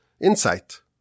insight